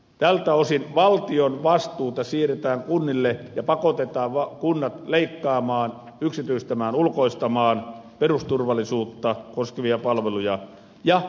tältä osin valtion vastuuta siirretään kunnille ja pakotetaan kunnat leikkaamaan yksityistämään ulkoistamaan perusturvallisuutta koskevia palveluja ja korottamaan veroja